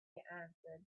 answered